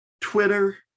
Twitter